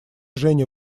женя